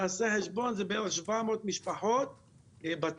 תעשה חשבון, זה בערך 700 משפחות --- בסכנה.